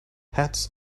hats